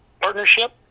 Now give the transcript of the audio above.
partnership